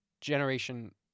Generation